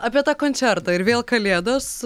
apie tą koncertą ir vėl kalėdos